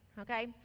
okay